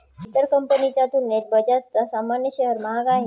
इतर कंपनीच्या तुलनेत बजाजचा सामान्य शेअर महाग आहे